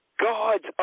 God's